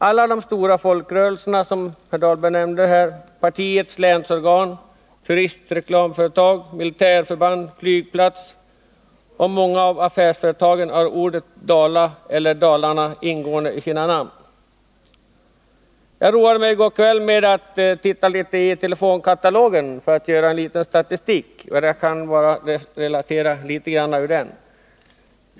Alla de stora folkrörelser som herr Dahlberg nämnde, partiets länsorgan, turistreklamföretag, militärförband, flygplats och många affärsföretag har ordet ”Dala” eller ”Dalarna” ingående i namnet. Jag roade mig i går kväll med att titta litet i telefonkatalogen för att göra en liten statistik. Jag vill relatera något av den.